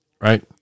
right